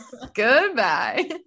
goodbye